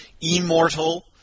Immortal